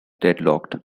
deadlocked